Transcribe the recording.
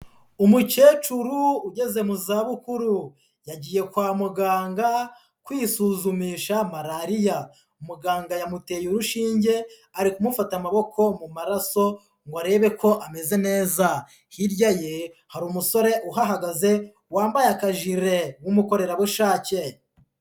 Umukecuru ugeze mu zabukuru yagiye kwa muganga kwisuzumisha malariya. Muganga yamuteye urushinge ari kumufata amaboko mu maraso, ngo arebe ko ameze neza. Hirya ye hari umusore uhahagaze wambaye akajire w'umukorerabushake.